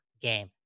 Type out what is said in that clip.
game